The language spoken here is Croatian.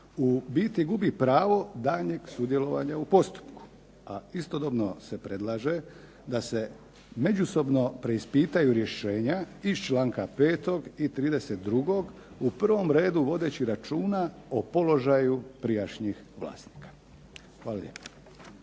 u biti gubi pravo daljnjeg sudjelovanja u postupku, a istodobno se predlaže da se međusobno preispitaju rješenja iz članka 5. i 32. u prvom redu vodeći računa o položaju prijašnjih vlasnika. Hvala lijepo.